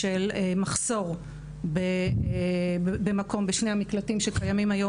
מחסור במקום בשני המקלטים הקיימים היום